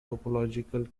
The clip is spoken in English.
topological